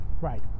right